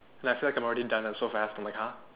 like I feel like I'm already done so fast i'm like !huh!